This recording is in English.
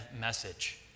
message